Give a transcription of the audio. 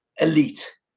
elite